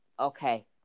okay